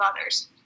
others